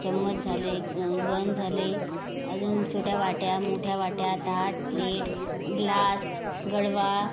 चम्मच झाले गंज झाले अजून छोट्या वाट्या मोठ्या वाट्या ताट प्लेट ग्लास गडवा